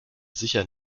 sicher